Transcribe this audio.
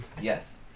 Yes